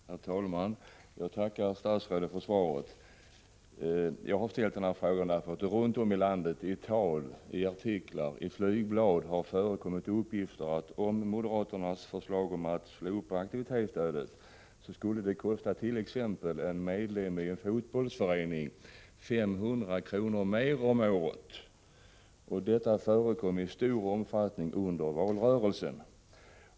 Herr talman! Jag tackar statsrådet för svaret. Jag har ställt frågan därför att det i tal, artiklar och flygblad runt om i landet har förekommit uppgifter om att moderaternas förslag om att slopa aktivitetsstödet skulle innebära att t.ex. en medlem i en fotbollsförening skulle få betala ytterligare 500 kr. om året. Dessa uppgifter förekom i stor omfattning under valrörelsen.